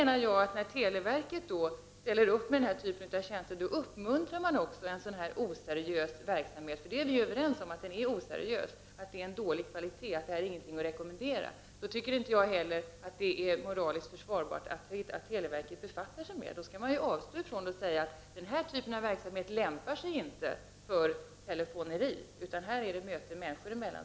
När televerket ställer upp med denna typ av tjänster uppmuntrar man också sådan oseriös verksamhet. Vi är överens om att det är en oseriös verksamhet av dålig kvalitet och att det inte är något att rekommendera. Jag tycker då inte heller att det är moraliskt försvarbart att televerket befattar sig med detta. Man skall avstå ifrån det och säga att denna typ av verksamhet inte lämpar sig för telefonkontakter, utan det krävs möten människor emellan.